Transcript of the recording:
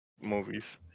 movies